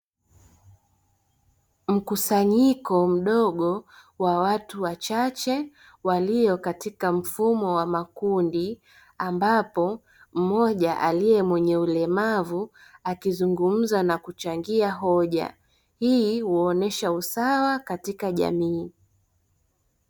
Mkusanyiko mdogo wa watu wachache walio katika mfumo wa makundi ambapo mmoja aliye mwenye ulemavu akizungumza na kuchangia hoja hii waonesha usawa katika jamii.